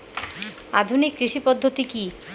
আধুনিক কৃষি পদ্ধতি কী?